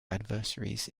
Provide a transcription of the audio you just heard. adversaries